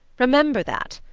remember that.